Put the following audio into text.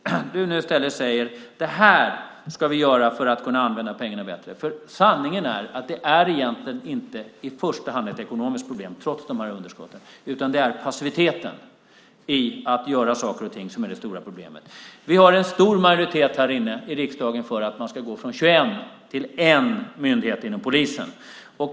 Säg i stället: Det här ska vi göra för att kunna använda pengarna bättre! Sanningen är att det egentligen inte i första hand är ett ekonomiskt problem, trots underskotten. Det är passiviteten när det gäller att göra saker och ting som är det stora problemet. Vi har en stor majoritet här inne i riksdagen för att man ska gå från 21 myndigheter till 1 myndighet inom polisen.